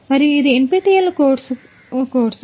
మరియు ఇది NPTEL course